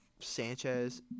Sanchez